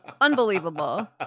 Unbelievable